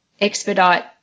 expedite